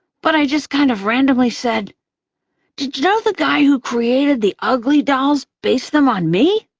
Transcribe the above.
but i just kind of randomly said did you know the guy who created the uglydolls based them on me?